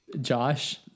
Josh